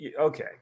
okay